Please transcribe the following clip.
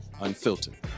Unfiltered